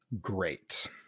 great